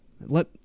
let